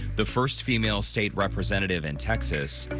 the first female state representative in texas,